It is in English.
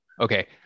okay